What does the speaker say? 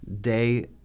day